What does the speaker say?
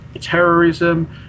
terrorism